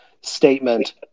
statement